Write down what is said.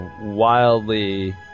wildly